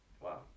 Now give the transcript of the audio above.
Wow